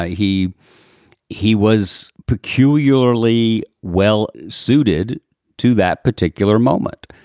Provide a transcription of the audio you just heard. ah he he was peculiarly well suited to that particular moment.